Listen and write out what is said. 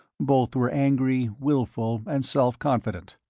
both were angry, wilful, and self-confident.